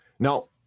Now